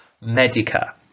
medica